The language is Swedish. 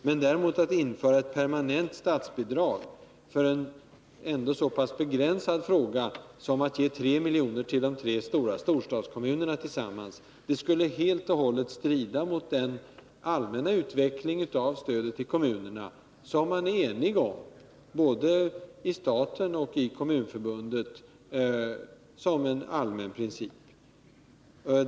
Men att införa ett permanent statsbidrag när det gäller en så begränsad fråga — det rör sig trots allt bara om att ge tillsammans 3 milj.kr. till de tre storstadskommunerna — skulle helt och hållet strida mot den allmänna utvecklingen av stödet till kommunerna, som man är enig om både i staten och i Kommunförbundet.